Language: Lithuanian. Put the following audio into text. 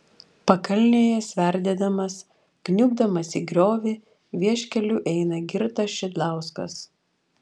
pakalnėje sverdėdamas kniubdamas į griovį vieškeliu eina girtas šidlauskas